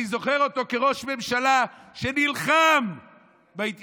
אני זוכר אותו כראש ממשלה שנלחם בהתיישבות,